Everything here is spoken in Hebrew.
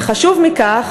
וחשוב מכך,